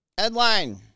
Headline